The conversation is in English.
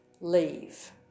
leave